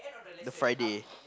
the Friday